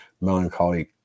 melancholy